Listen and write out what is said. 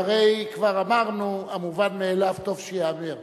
והרי כבר אמרנו: המובן מאליו טוב שייאמר.